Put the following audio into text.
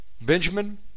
Benjamin